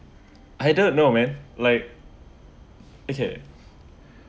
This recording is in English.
I don't know man like okay